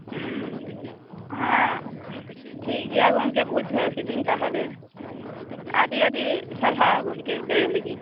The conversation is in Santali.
ᱦᱮᱸ ᱴᱷᱤᱠ ᱜᱮᱭᱟ ᱜᱚᱝᱠᱮ ᱵᱩᱡᱷᱟᱹᱣ ᱠᱤᱫᱟᱹᱧ ᱛᱟᱦᱚᱞᱮ ᱟᱹᱰᱤ ᱟᱹᱰᱤ ᱥᱟᱨᱦᱟᱣ ᱜᱚᱝᱠᱮ ᱞᱟᱹᱭ ᱞᱟᱹᱜᱤᱫ